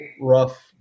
rough